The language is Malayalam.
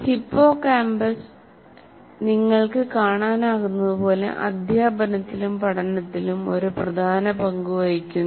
ഹിപ്പോകാമ്പസ് നിങ്ങൾക്ക് കാണാനാകുന്നതുപോലെ അധ്യാപനത്തിലും പഠനത്തിലും ഒരു പ്രധാന പങ്ക് വഹിക്കുന്നു